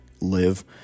live